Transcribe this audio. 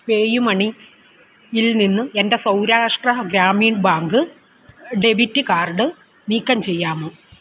പേയുമണിയിൽ നിന്ന് എൻ്റെ Saurashtra Gramin bank debit card നീക്കം ചെയ്യാമോ